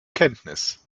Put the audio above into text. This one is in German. kenntnis